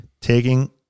taking